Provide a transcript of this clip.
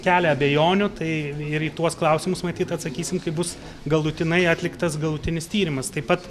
kelia abejonių tai ir į tuos klausimus matyt atsakysim kai bus galutinai atliktas galutinis tyrimas taip pat